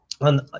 on